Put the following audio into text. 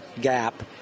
gap